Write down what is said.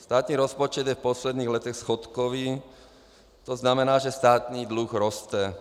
Státní rozpočet je v posledních letech schodkový, tzn. že státní dluh roste.